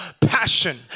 passion